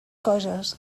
coses